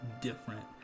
different